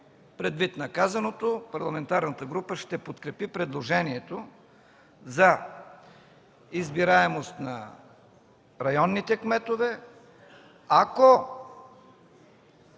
Предвид на казаното, Парламентарната група ще подкрепи предложението за избираемост на районните кметове. Ако